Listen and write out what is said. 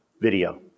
video